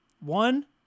one